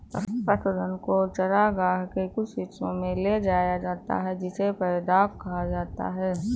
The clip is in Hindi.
पशुधन को चरागाह के कुछ हिस्सों में ले जाया जाता है जिसे पैडॉक कहा जाता है